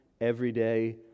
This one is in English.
everyday